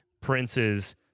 princes